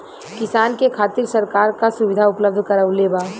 किसान के खातिर सरकार का सुविधा उपलब्ध करवले बा?